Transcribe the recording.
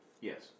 Yes